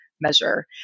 measure